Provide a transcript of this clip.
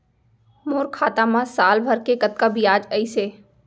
मोर खाता मा साल भर के कतका बियाज अइसे?